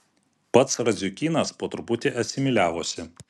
pats radziukynas po truputį asimiliavosi